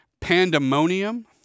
pandemonium